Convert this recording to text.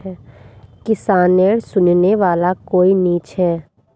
किसानेर सुनने वाला कोई नी छ